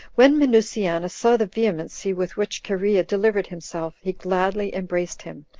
when minucianus saw the vehemency with which cherea delivered himself, he gladly embraced him,